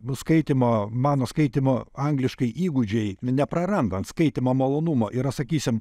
nuskaitymo mano skaitymo angliškai įgūdžiai neprarandant skaitymo malonumo yra sakysim